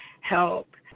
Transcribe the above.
help